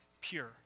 pure